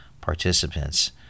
participants